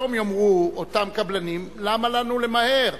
היום יאמרו אותם קבלנים: למה לנו למהר?